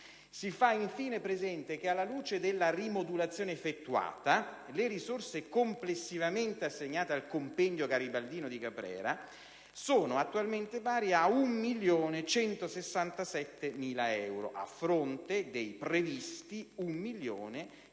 Si fa infine presente che, alla luce della rimodulazione effettuata, le risorse complessivamente assegnate al Compendio garibaldino di Caprera sono pari a 1.167.000 euro, a fronte dei previsti 1.649.000 euro.